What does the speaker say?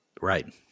Right